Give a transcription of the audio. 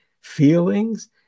feelings